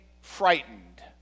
frightened